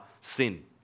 sin